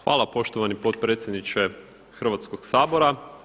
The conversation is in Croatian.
Hvala poštovani potpredsjedniče Hrvatskog sabora.